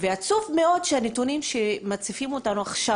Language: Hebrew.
ועצוב מאוד שהנתונים שמציפים אותנו בהם עכשיו